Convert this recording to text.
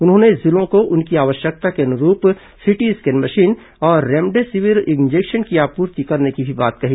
उन्होंने जिलों को उनकी आवश्यकता के अनुरूप सीटी स्केन मशीन और रेमडेसिविर इंजेक्शन की आपूर्ति करने की भी बात कही